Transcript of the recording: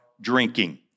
drinking